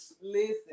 Listen